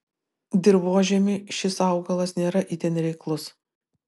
dirvožemiui šis augalas nėra itin reiklus